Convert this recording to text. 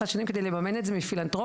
השנים כדי לממן את זה מפילנתרופיה.